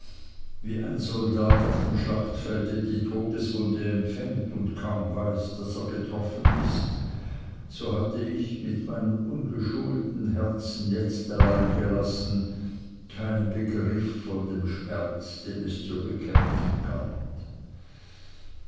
wie ein soldat auf dem schlachtfelde die todeswunde empfängt und kaum weiß daß er getroffen ist so hatte ich mit meinem ungeschulten herzen jetzt allein gelassen keinen begriff von dem schmerz den es zu bekämpfen galt